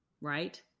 right